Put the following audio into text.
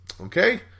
Okay